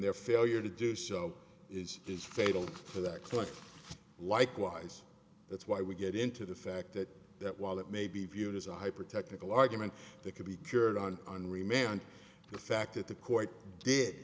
their failure to do so is is fatal for that collector likewise that's why we get into the fact that that while it may be viewed as a hyper technical argument that could be cured on and remain on the fact that the court d